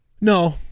No